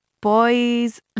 Boys